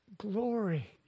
glory